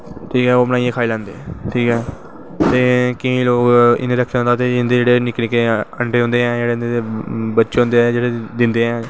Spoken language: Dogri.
ठीक ऐ ओह् बनाईयै खाही लैंदे ठीक ऐ ते केंई लोग इनेंगी रक्खे दा होंदा ते इंदे निक्के निक्के अंडे होंदे ऐं जेह्ड़े बच्चे होंदे ऐं जेह्ड़े दिंदे ऐं